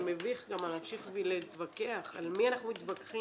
זה מביך בכלל להמשיך ולהתווכח על מי אנחנו מתווכחים?